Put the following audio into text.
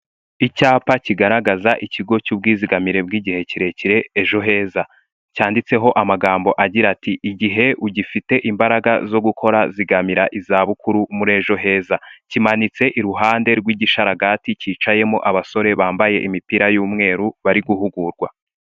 Icyapa kigaragaza ikigo cy'ubwizigamire bw'igihe kirekire ejo heza cyanditseho amagambo agira ati: ''Igihe ugifite imbaraga zo gukora zigamira izabukuru muri ejo heza.'' Kimanitse iruhande rw'igishararagati cyicayemo abasore bambaye imipira y'umweru bari guhugurwa.